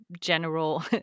general